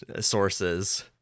sources